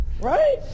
Right